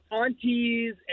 aunties